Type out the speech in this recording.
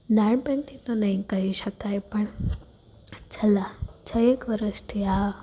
નાનપણથી તો નહીં કહી શકાય પણ છેલ્લાં છ એક વર્ષથી આ